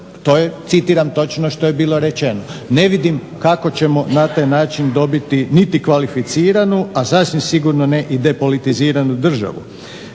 To je citiram točno što je bilo rečeno. Ne vidim kako ćemo na taj način dobiti niti kvalificiranu, a sasvim sigurno ne i depolitiziranu državu.